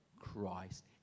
Christ